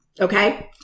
okay